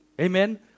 Amen